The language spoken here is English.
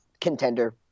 contender